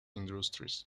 industries